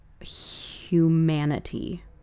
humanity